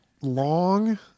long